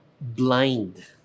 blind